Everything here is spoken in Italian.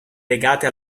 legate